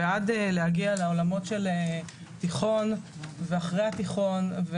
ועד להגיע לרמות של תיכון ואחרי התיכון,